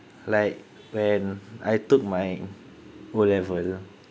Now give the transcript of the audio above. like when I took my O level